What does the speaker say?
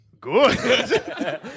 Good